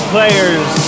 Players